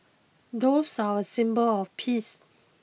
doves are a symbol of peace